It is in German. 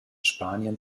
spanien